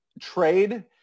trade